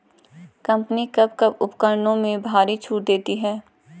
Company कब कब उपकरणों में भारी छूट देती हैं?